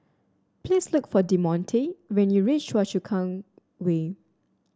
please look for Demonte when you reach Choa Chu Kang Way